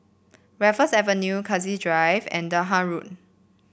Raffles Avenue Cassia Drive and Durham Road